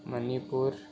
Manipur